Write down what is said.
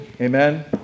Amen